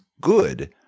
good